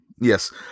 yes